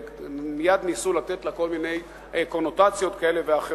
ומייד ניסו לתת לה כל מיני קונוטציות כאלה ואחרות.